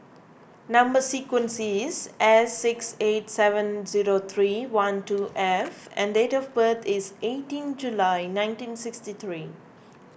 Number Sequence is S six eight seven zero three one two F and date of birth is eighteen July nineteen sixty three